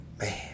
Man